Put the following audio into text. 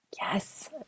Yes